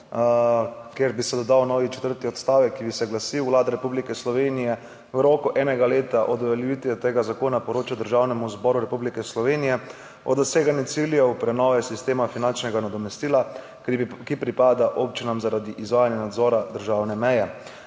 kjer bi se dodal novi četrti odstavek, ki bi se glasil: "Vlada Republike Slovenije v roku enega leta od uveljavitve tega zakona poroča Državnemu zboru Republike Slovenije o doseganju ciljev prenove sistema finančnega nadomestila, ki pripada občinam zaradi izvajanja nadzora državne meje."